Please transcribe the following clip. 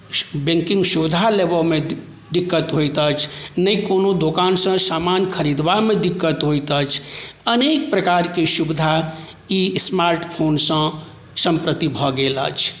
banking सुविधा लेबऽ मे दिक्कत होइत अछि नहि कोनो दोकानसँ सामान खरीदबामे दिक्कत होइत अछि अनेक प्रकारके सुविधा ई स्मार्ट फोनसँ सम्प्रति भऽ गेल अछि